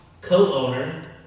co-owner